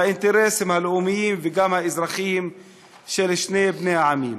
לאינטרסים הלאומיים וגם האזרחיים של בני שני העמים.